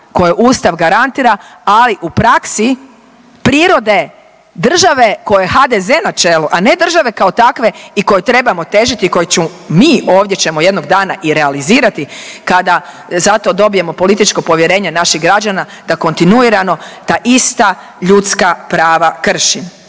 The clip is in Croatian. koje Ustav garantira, ali u praksi prirode države kojoj je HDZ na čelu, a ne države kao takve i kojoj trebamo težiti, koju mi ovdje ćemo jednog dana i realizirati kada za to dobijemo političko povjerenje naših građana da kontinuirano ta ista ljudska prava krši.